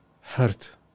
hurt